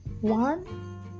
One